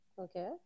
Okay